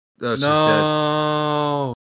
No